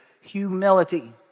humility